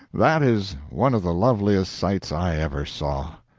that is one of the loveliest sights i ever saw.